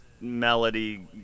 melody